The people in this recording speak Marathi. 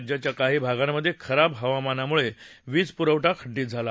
राज्याच्या काही भागांमध्ये खराब हवामानामुळे वीज पुरवठा खंडित झाला